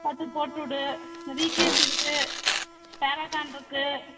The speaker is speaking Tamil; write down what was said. பார்த்து போட்டு விடு விகேசி இருக்குது பேரகான்ருக்குது